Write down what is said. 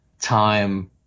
time